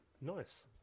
Nice